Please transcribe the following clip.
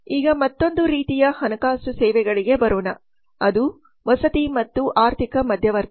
ಈಗ ಮತ್ತೊಂದು ರೀತಿಯ ಹಣಕಾಸು ಸೇವೆಗಳಿಗೆ ಬರುತ್ತಿದೆ ಅದು ವಸತಿ ಮತ್ತು ಆರ್ಥಿಕ ಮಧ್ಯವರ್ತಿ